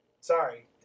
Sorry